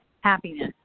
happiness